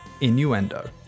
Innuendo